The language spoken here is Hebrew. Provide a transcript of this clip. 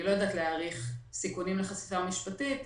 אני לא יודעת להעריך סיכונים לחשיפה משפטית,